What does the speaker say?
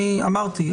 אני אמרתי,